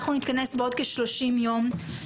אנחנו נתכנס בעוד שלושים יום.